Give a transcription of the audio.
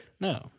No